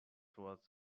was